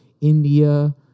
India